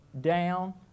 down